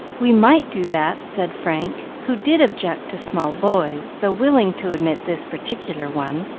we might do that, said frank, who did object to small boys, though willing to admit this particular one.